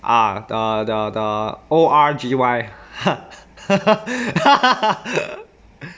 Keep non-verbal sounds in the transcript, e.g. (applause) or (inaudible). ah uh the the orgy (laughs)